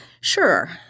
Sure